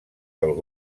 del